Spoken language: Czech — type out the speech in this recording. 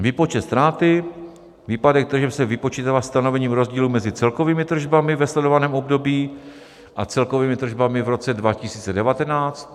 Výpočet ztráty: výpadek tržeb se vypočítává stanovením rozdílu mezi celkovými tržbami ve sledovaném období a celkovými tržbami v roce 2019.